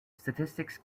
statistics